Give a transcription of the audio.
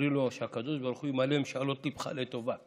אומרים לו: שהקדוש ברוך הוא ימלא משאלות ליבך לטובה.